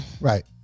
Right